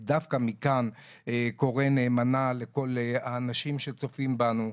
אני דווקא מכאן קורא נאמנה לכל האנשים שצופים בנו,